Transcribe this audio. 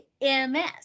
MS